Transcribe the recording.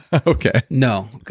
okay no,